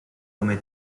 come